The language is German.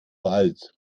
alt